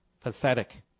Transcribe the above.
Pathetic